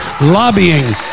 lobbying